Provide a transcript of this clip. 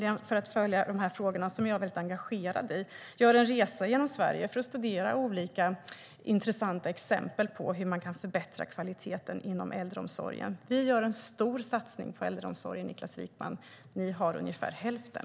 För att följa dessa frågor som jag är mycket engagerad i gör jag personligen en resa genom Sverige för att studera olika intressanta exempel på hur kvaliteten inom äldreomsorgen kan förbättras. Vi gör en stor satsning på äldreomsorgen, Niklas Wykman. Ni har ungefär hälften.